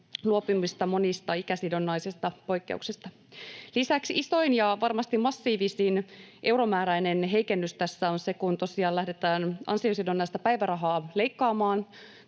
luopumista monesta ikäsidonnaisesta poikkeuksesta. Lisäksi isoin ja varmasti massiivisin euromääräinen heikennys tässä on se, kun tosiaan lähdetään ansiosidonnaista päivärahaa leikkaamaan,